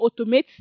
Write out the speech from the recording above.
automate